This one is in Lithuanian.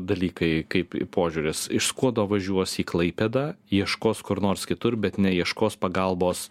dalykai kaip požiūris iš skuodo važiuos į klaipėdą ieškos kur nors kitur bet neieškos pagalbos